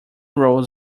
rolls